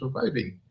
surviving